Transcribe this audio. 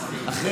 כבר.